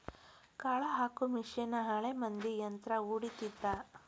ಕಾಳ ಹಾಕು ಮಿಷನ್ ಹಳೆ ಮಂದಿ ಯಂತ್ರಾ ಹೊಡಿತಿದ್ರ